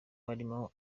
harimo